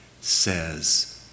says